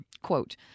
quote